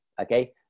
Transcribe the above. Okay